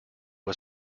was